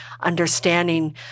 understanding